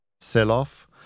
sell-off